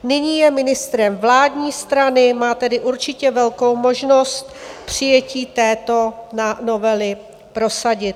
Nyní je ministrem vládní strany, má tedy určitě velkou možnost přijetí této novely prosadit.